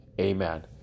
Amen